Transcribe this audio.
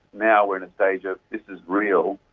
now we are in a stage of this is real,